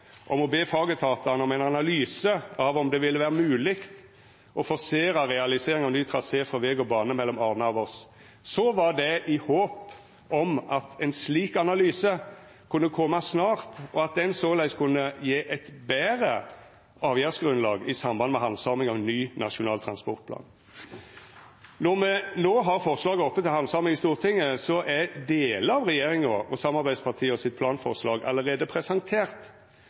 om å be fagetatane om ein analyse av om det ville vera mogleg å forsera realisering av ny trasé for veg og bane mellom Arna og Voss, var det i håp om at ein slik analyse kunne koma snart, og såleis kunne gje eit betre avgjerdsgrunnlag i samband med handsaminga av ny nasjonal transportplan. Når me no har forslaget oppe til handsaming i Stortinget, er delar av planforslaget til regjeringa og samarbeidspartia allereie presentert,